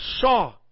saw